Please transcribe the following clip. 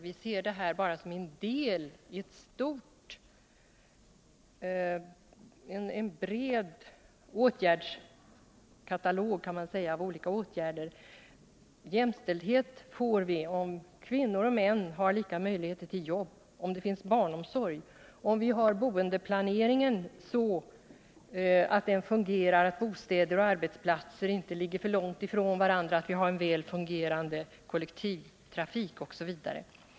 Vi ser denna lag bara såsom en del i en stor katalog av olika åtgärder. Jämställdheten får vi om kvinnor och män har lika möjligheter till jobb, om det finns barnomsorg, om boendeplaneringen fungerar så att bostäder och arbetsplatser inte ligger för långt ifrån varandra, om vi har en väl fungerande kollektivtrafik osv.